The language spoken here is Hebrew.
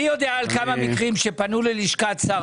אני יודע על כמה מקרים שפנו ללשכת שר